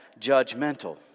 judgmental